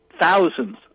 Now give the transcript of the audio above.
thousands